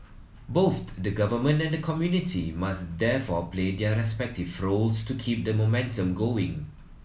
both the government and the community must therefore play their respective roles to keep the momentum going